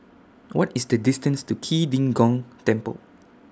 What IS The distance to Key De Gong Temple